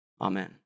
Amen